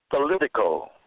political